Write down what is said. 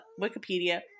Wikipedia